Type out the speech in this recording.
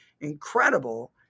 incredible